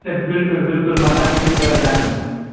बिल्कुलु बिल्कुलु मां तव्हांखे बिल्कुलु यादि कन्दुमि